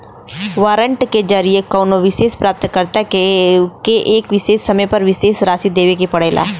warrant के जरिये कउनो विशेष प्राप्तकर्ता के एक विशेष समय पर विशेष राशि देवे के पड़ला